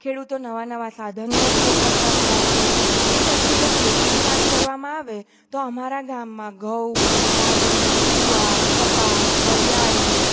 ખેડૂતો નવાં નવાં સાધનનો ઉપયોગ કરતા થયા છે એ પછી જો ખેતીની વાત કરવામાં આવે તો અમારા ગામમાં ઘઉં બાજરી જુવાર કપાસ વરિયાળી